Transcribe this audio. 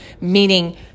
meaning